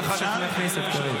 יכול לדבר.